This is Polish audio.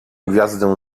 gwiazdę